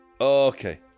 Okay